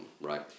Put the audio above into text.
right